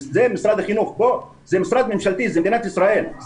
זה משרד החינוך, זה משרד ממשלתי, זה מדינת ישראל.